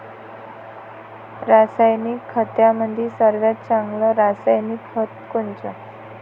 रासायनिक खतामंदी सर्वात चांगले रासायनिक खत कोनचे?